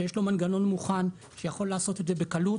שיש לו מנגנון מוכן שיכול לעשות את זה בקלות,